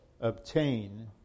obtain